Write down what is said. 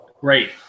great